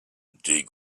dig